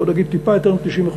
בוא נגיד, טיפה יותר מ-90%,